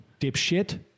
dipshit